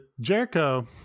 Jericho